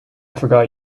forgot